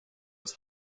was